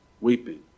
weeping